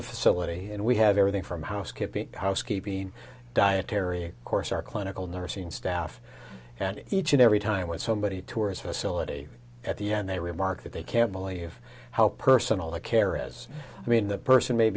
the facility and we have everything from housekeeping housekeeping dietary of course our clinical nursing staff and each and every time when somebody tours facility at the end they remark that they can't believe how personal the care is i mean that person may